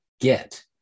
get